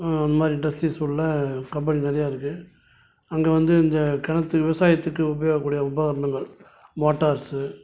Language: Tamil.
இந்த மாதிரி இண்டஸ்ட்ரீஸ் உள்ள கம்பனி நிறையா இருக்குது அங்கே வந்து இந்த கிணற்று விவசாயத்துக்கு உபயோகிக்கக்கூடிய உபகரணங்கள் மோட்டார்ஸூ